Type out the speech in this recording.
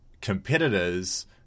competitors